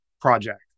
project